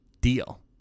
deal